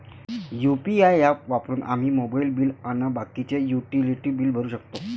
UPI app वापरून आम्ही mobile bill अन बाकीचे युटिलिटी बिल भरू शकतो